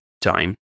time